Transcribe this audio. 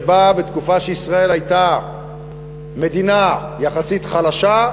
כשישראל הייתה מדינה יחסית חלשה,